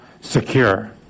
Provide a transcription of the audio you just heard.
secure